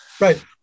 Right